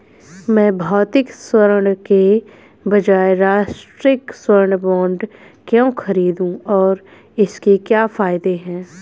मैं भौतिक स्वर्ण के बजाय राष्ट्रिक स्वर्ण बॉन्ड क्यों खरीदूं और इसके क्या फायदे हैं?